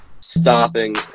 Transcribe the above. stopping